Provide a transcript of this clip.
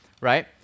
right